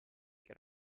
che